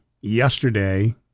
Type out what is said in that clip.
yesterday